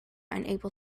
unable